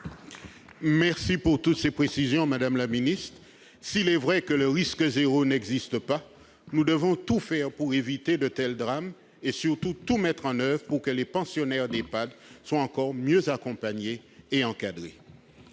remercie de toutes ces précisions, madame la ministre. S'il est vrai que le risque zéro n'existe pas, nous devons tout faire pour éviter de tels drames et, surtout, tout mettre en oeuvre pour que les pensionnaires des Ehpad soient encore mieux accompagnés et encadrés.